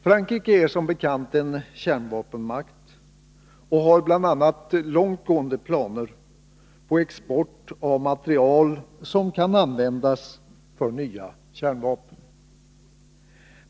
Frankrike är som bekant en kärnvapenmakt och har bl.a. långt gående planer på export av material som kan användas för nya kärnvapen.